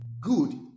good